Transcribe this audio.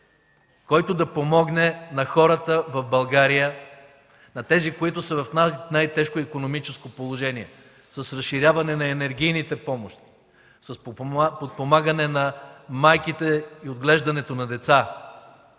който да помогне на хората в България, на тези, които са в най-тежко икономическо положение, с разширяване на енергийните помощи, с подпомагане на майките и отглеждането на деца,